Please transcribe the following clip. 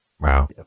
Wow